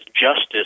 justice